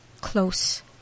close